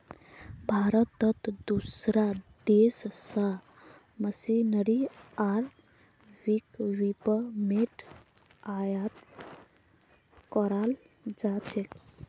भारतत दूसरा देश स मशीनरी आर इक्विपमेंट आयात कराल जा छेक